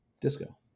Disco